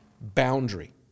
boundary